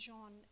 John